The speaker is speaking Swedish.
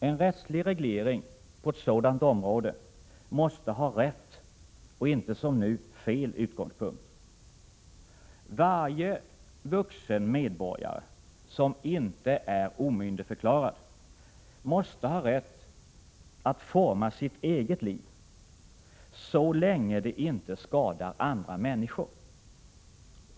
En rättslig reglering på ett sådan område måste ha rätt och inte som nu fel utgångspunkt. Varje vuxen medborgare som inte är omyndigförklarad måste ha rätt att forma sitt eget liv, så länge det inte skadar andra människor.